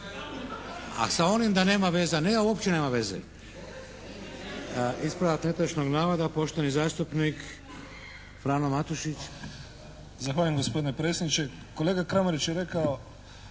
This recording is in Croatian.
A sa onim da nema veze, ne, uopće nema veze. Ispravak netočnog navoda poštovani zastupnik Frano Matušić. **Matušić, Frano (HDZ)** Zahvaljujem gospodine predsjedniče. Kolega Kramarić je rekao